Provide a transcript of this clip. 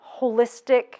holistic